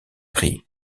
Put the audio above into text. prix